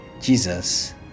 Jesus